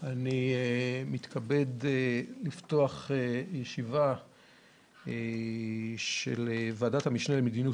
אני מתכבד לפתוח ישיבה של ועדת המשנה למדיניות